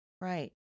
Right